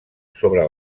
sobre